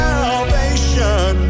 Salvation